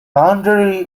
boundary